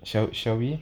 shall shall we